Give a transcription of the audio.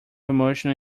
emotional